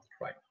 right